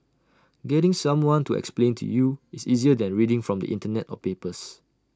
getting someone to explain to you is easier than reading from the Internet or papers